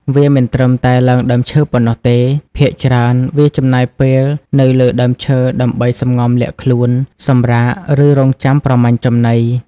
វាមិនត្រឹមតែឡើងដើមឈើប៉ុណ្ណោះទេ ភាគច្រើនវា ចំណាយពេលនៅលើដើមឈើ ដើម្បីសំងំលាក់ខ្លួន សម្រាក ឬរង់ចាំប្រមាញ់ចំណី។